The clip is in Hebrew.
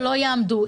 שלא יעמדו.